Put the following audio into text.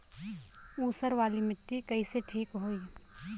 ऊसर वाली मिट्टी कईसे ठीक होई?